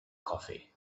coffee